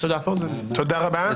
תודה רבה.